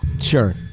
Sure